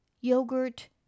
Yogurt